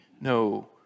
no